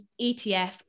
ETF